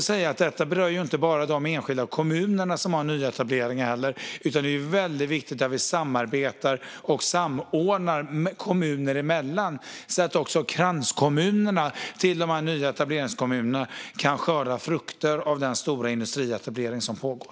Det här berör inte heller bara de enskilda kommuner som har nyetableringar, utan det är viktigt att vi samarbetar och samordnar kommuner emellan så att också kranskommunerna runt nyetableringskommunerna kan skörda frukterna av den stora industrietablering som pågår.